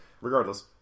Regardless